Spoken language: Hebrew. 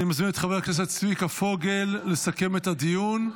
אני מזמין את חבר הכנסת צביקה פוגל לסכם את הדיון.